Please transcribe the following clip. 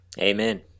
Amen